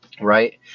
right